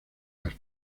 las